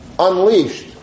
unleashed